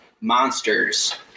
monsters